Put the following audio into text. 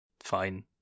Fine